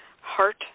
heart